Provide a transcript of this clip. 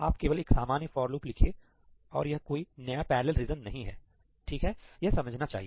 आप केवल एक सामान्य फॉर लूप लिखिए और यह कोई नया पैरलल रीज़न नहीं है ठीक है यह समझना चाहिए